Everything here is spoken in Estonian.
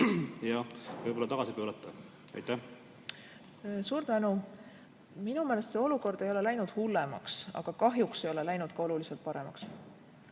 ja võib-olla tagasi pöörata? Suur tänu! Minu meelest see olukord ei ole läinud hullemaks, aga kahjuks ei ole läinud ka oluliselt paremaks.